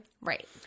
Right